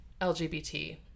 lgbt